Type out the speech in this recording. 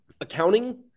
Accounting